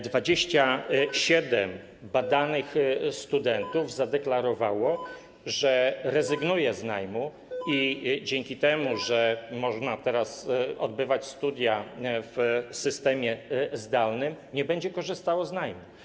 27% badanych studentów zadeklarowało, że rezygnuje z najmu i dzięki temu, że można teraz odbywać studia w systemie zdalnym, nie będzie korzystało z najmu.